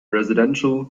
residential